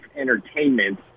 Entertainment